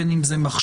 בין אם זה מחשב,